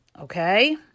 Okay